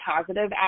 positive